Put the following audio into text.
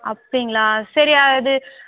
அப்படிங்களா சரி அது